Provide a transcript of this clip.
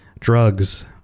drugs